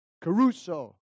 Caruso